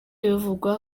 bivugwa